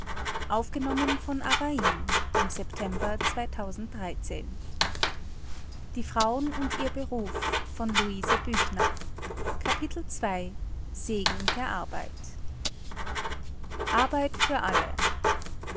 der arbeit arbeit für alle